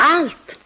Allt